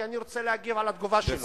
כי אני רוצה להגיב על התגובה שלו.